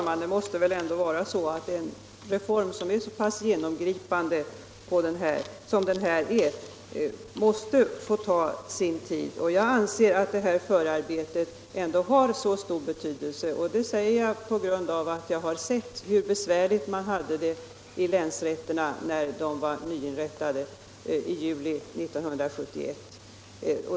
Herr talman! En reform som är så pass genomgripande som den här måste väl ändå få ta sin tid. Och jag anser att förarbetet har stor betydelse. Det säger jag på grund av att jag har sett hur besvärligt länsrätterna hade det när de var nyinrättade i juli 1971.